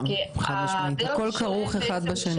חד משמעית, הכל כרוך אחד בשני.